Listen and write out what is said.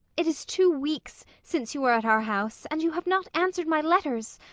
it is two weeks since you were at our house, and you have not answered my letters.